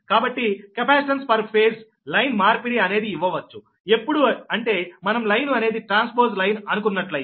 కాబట్టి capacitance per phase line మార్పిడి అనేది ఇవ్వవచ్చు ఎప్పుడు అంటే మనం లైను అనేది ట్రాన్స్పోస్ లైన్ అనుకున్నట్లయితే